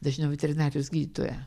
dažniau veterinarijos gydytoją